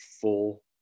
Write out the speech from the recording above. full